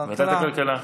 ועדת הכלכלה.